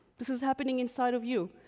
this is happening inside of you,